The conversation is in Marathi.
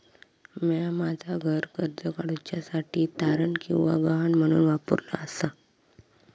म्या माझा घर कर्ज काडुच्या साठी तारण किंवा गहाण म्हणून वापरलो आसा